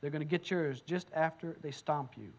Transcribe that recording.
they're going to get yours just after they stop you